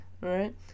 right